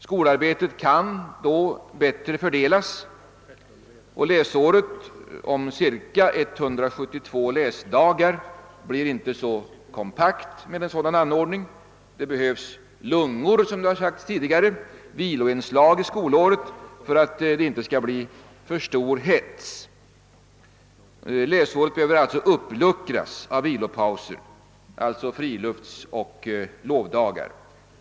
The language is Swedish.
Skolarbetet kan då bättre fördelas och läsåret, om cirka 172 läsdagar, blir inte så kompakt med en sådan anordning. Det behövs lungor, som det har sagts tidigare, viloinslag i skolåret för att det inte skall bli alltför stor hets. Läsåret behöver alltså uppluckras av vilopauser, d. v. s. friluftsoch lovdagar.